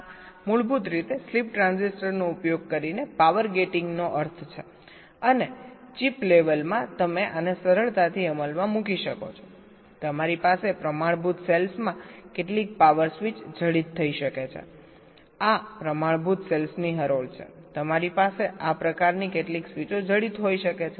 આ મૂળભૂત રીતે સ્લીપ ટ્રાન્ઝિસ્ટરનો ઉપયોગ કરીને પાવર ગેટિંગનો અર્થ છેઅને ચિપ લેવલમાં તમે આને સરળતાથી અમલમાં મૂકી શકો છો તમારી પાસે પ્રમાણભૂત સેલ્સમાં કેટલીક પાવર સ્વીચ જડિત થઈ શકે છે આ પ્રમાણભૂત સેલ્સની હરોળ છે તમારી પાસે આ પ્રકારની કેટલીક સ્વીચો જડિત હોઈ શકે છે